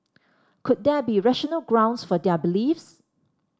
could there be rational grounds for their beliefs